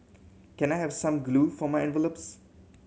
can I have some glue for my envelopes